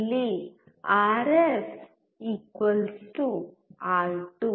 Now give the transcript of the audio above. ಇಲ್ಲಿ RF R two